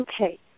okay